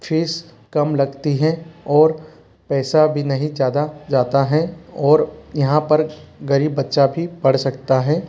fees कम लगती हैं और पैसा भी नहीं ज़्यादा जाता है और यहाँ पर गरीब बच्चा भी पढ़ सकता है